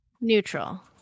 Neutral